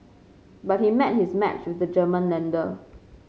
but he met his match with the German lender